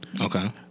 Okay